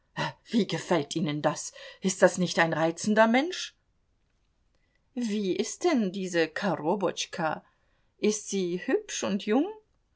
wie gefällt ihnen das ist das nicht ein reizender mensch wie ist denn diese korobotschka ist sie hübsch und jung